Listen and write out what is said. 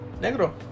Negro